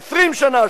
20 שנה,